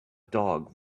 dog